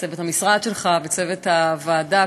צוות המשרד שלך וצוות הוועדה,